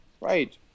right